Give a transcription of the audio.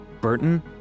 Burton